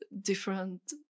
different